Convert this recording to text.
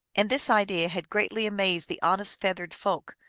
and this idea had greatly amazed the honest feathered folk,